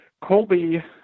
Colby